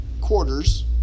quarters